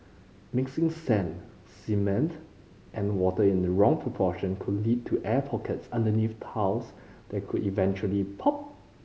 mixing sand cement and water in the wrong proportion could lead to air pockets underneath tiles that could eventually pop